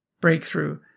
breakthrough